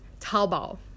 Taobao